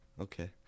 Okay